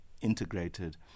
integrated